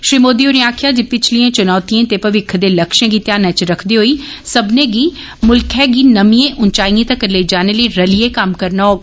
श्री मोदी होरें आक्खेआ जे पिछलियें चुनौतियें ते भविक्ख दे लक्ष्यें गी ध्यानै च रक्खदे होई सब्बने गी मुल्खै गी नमिए उच्चाइयें तक्कर लेई जाने लेईे रलियै कम्म करना होग